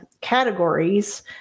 categories